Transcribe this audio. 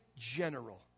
general